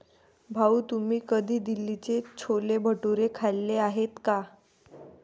भाऊ, तुम्ही कधी दिल्लीचे छोले भटुरे खाल्ले आहेत का?